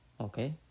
Okay